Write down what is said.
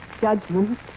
Judgment